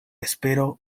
espero